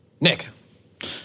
Nick